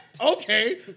Okay